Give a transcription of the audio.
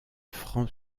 franc